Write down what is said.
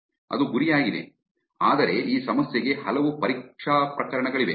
ಅದು ಗುರಿಯಾಗಿದೆ ಆದರೆ ಈ ಸಮಸ್ಯೆಗೆ ಹಲವು ಪರೀಕ್ಷಾ ಪ್ರಕರಣಗಳಿವೆ